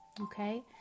okay